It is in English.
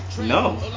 No